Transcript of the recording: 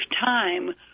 time